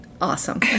Awesome